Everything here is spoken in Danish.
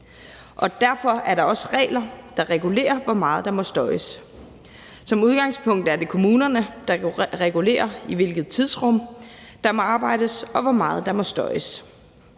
der regulerer, hvor meget der må støjes. Som udgangspunkt er det kommunerne, der regulerer, i hvilket tidsrum der må arbejdes, og hvor meget der må støjes.